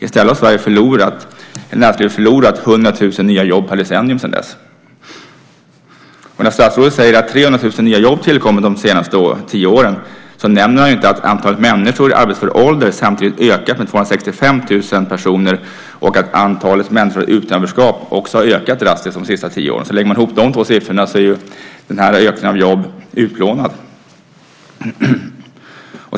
I stället har näringslivet förlorat 100 000 nya jobb per decennium sedan dess. När statsrådet säger att 300 000 nya jobb tillkommit de senaste tio åren nämner han inte att antalet människor i arbetsför ålder samtidigt ökat med 265 000 personer och att antalet människor i utanförskap också har ökat drastiskt de senaste tio åren. Lägger man ihop dessa siffror är ökningen av antalet nya jobb utplånad.